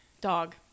Dog